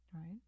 right